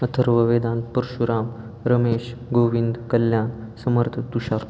Atharva Vedant Parshuram Ramesh Govind Kalyan Samarth Tushar